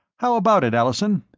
how about it, allison?